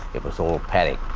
it was all paddock.